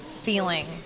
feeling